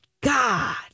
God